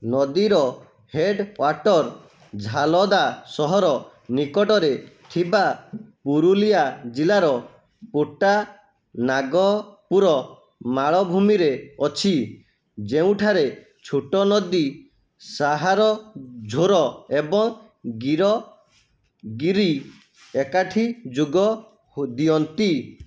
ନଦୀର headquarter Jhalda ସହର ନିକଟରେ ଥିବା କୁରୁଲିଆ ଜିଲ୍ଲାର ଗୋଟା ନାଗପୁର ମାଳଭୂମିରେ ଅଛି ଯେଉଁଠାରେ ଛୋଟ ନଦୀ ସାହାର ଝୋର ଏବଂ ଗୀର ଗିରି ଏକାଠି ଯୋଗ ଦିଅନ୍ତି